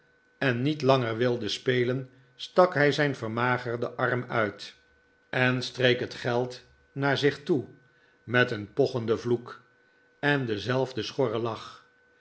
en niet langer wilde spelen stak hij zijn vermagerden arm uit en streek het geld neear zich toe met een pochenden vloek en denzelfden schorren lach